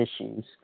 issues